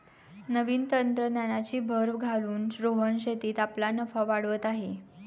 नवीन तंत्रज्ञानाची भर घालून रोहन शेतीत आपला नफा वाढवत आहे